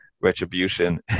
Retribution